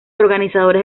organizadores